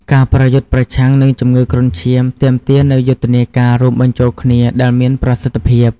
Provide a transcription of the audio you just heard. ការប្រយុទ្ធប្រឆាំងនឹងជំងឺគ្រុនឈាមទាមទារនូវយុទ្ធនាការរួមបញ្ចូលគ្នាដែលមានប្រសិទ្ធភាព។